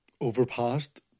overpassed